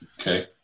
Okay